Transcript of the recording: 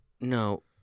No